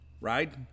right